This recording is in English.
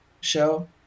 show